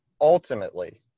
ultimately